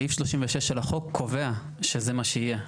סעיף 36 של החוק קובע שזה מה שיהיה.